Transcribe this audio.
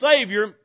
Savior